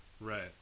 Right